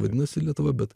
vadinasi lietuva bet